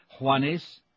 Juanes